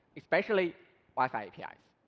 especially wi-fi apis.